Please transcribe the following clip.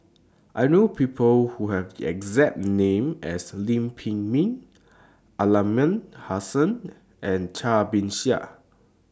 I know People Who Have The exact name as Lam Pin Min Aliman Hassan and Cai Bixia